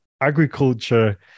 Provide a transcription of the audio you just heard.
agriculture